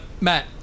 Matt